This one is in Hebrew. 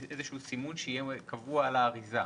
לסימון שיהיה קבוע על האריזה?